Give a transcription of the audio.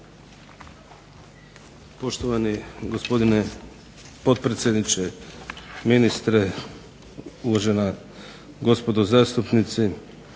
Poštovani gospodine potpredsjedniče, ministre, uvažena gospodo zastupnici.